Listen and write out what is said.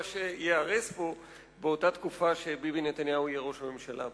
שייהרס פה בתקופה שביבי נתניהו יהיה ראש הממשלה.